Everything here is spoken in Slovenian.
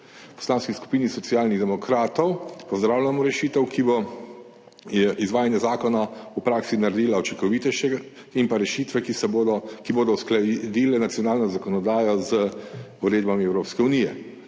Poslanski skupini Socialnih demokratov pozdravljamo rešitev, ki bo izvajanje zakona v praksi naredila učinkovitejše, in pa rešitve, ki bodo uskladile nacionalno zakonodajo z uredbami Evropske unije.